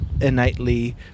innately